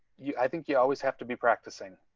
you. i think you always have to be practicing